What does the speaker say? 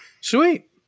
sweet